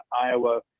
Iowa